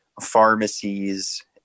pharmacies